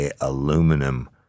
aluminum